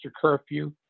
curfew